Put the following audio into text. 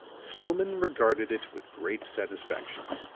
stillman regarded it with great satisfaction.